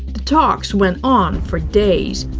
the talks went on for days.